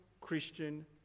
Christian